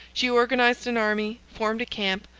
she organized an army, formed a camp,